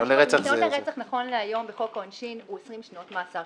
ניסיון לרצח נכון להיום בחוק העונשין הוא 20 שנות מאסר,